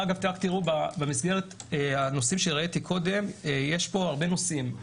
במסגרת הנושאים שהראיתי קודם יש הרבה נושאים,